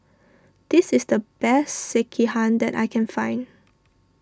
this is the best Sekihan that I can find